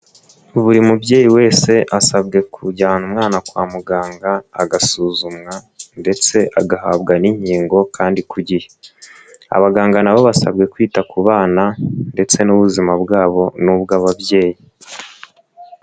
Buri mubyeyi wese asabwe kujyana umwana kwa muganga agasuzumwa ndetse agahabwa n'inkingo kandi ku gihe, abaganga nabo basabwe kwita ku bana ndetse n'ubuzima bwabo n'ubw'ababyeyi.